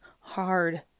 hard